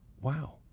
wow